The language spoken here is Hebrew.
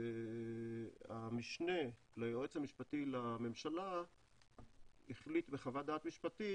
המשנה ליועץ המשפטי לממשלה החליט בחוות דעת משפטית